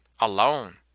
alone